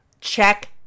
check